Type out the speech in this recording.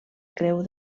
creu